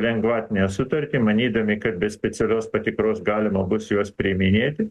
lengvatinę sutartį manydami kad be specialios patikros galima bus juos priiminėti